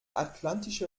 atlantische